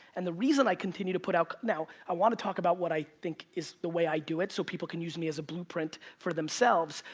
and the reason i continue to put out, now, i want to talk about what i think is the way i do it so people can use me as a blueprint for themselves.